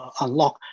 unlock